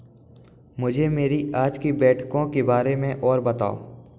मुझे मेरी आज की बैठकों के बारे में और बताओ